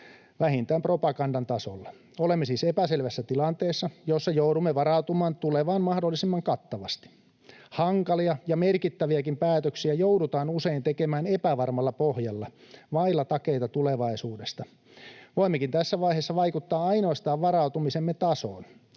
vähintään propagandan tasolla. Olemme siis epäselvässä tilanteessa, jossa joudumme varautumaan tulevaan mahdollisimman kattavasti. Hankalia ja merkittäviäkin päätöksiä joudutaan usein tekemään epävarmalla pohjalla vailla takeita tulevaisuudesta. Voimmekin tässä vaiheessa vaikuttaa ainoastaan varautumisemme tasoon.